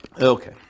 Okay